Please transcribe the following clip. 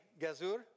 Gazur